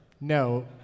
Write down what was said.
No